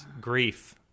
grief